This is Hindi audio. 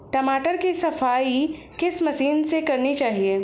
टमाटर की सफाई किस मशीन से करनी चाहिए?